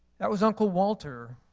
that was uncle walter,